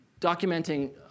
documenting